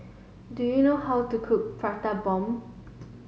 do you know how to cook Prata Bomb